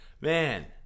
Man